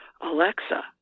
Alexa